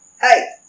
Hey